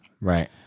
Right